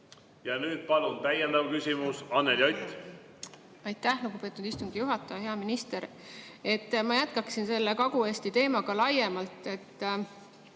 Ja nüüd, palun, täiendav küsimus, Anneli Ott! Aitäh, lugupeetud istungi juhataja! Hea minister! Ma jätkaksin selle Kagu-Eesti teemaga laiemalt.